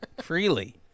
freely